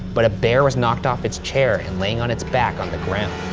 but a bear was knocked off its chair and laying on its back on the ground.